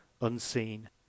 unseen